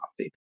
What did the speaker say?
coffee